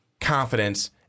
confidence